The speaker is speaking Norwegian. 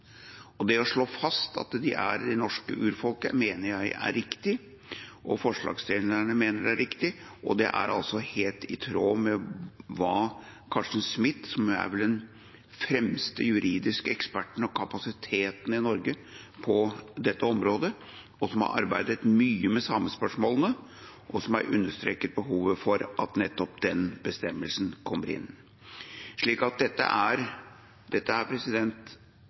og nasjonalt. Det å slå fast at de er det norske urfolket, mener jeg er riktig, og forslagsstillerne mener det er riktig, og det er helt i tråd med hva Carsten Smith mener. Han er vel den fremste juridiske eksperten og kapasiteten i Norge på dette området. Han har arbeidet mye med samespørsmålene og har understreket behovet for at nettopp den bestemmelsen kommer inn. Dette er